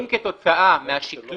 אם כתוצאה מהשקלול,